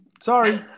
Sorry